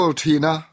tina